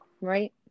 Right